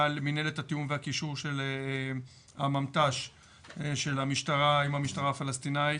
מינהלת התיאום והקישור של הממת"ש של המשטרה עם המשטרה הפלסטינית.